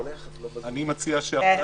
אני מציע שאחרי